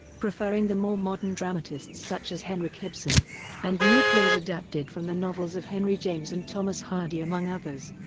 preferring the more modern dramatists such as henrik ibsen and new plays adapted from the novels of henry james and thomas hardy among others.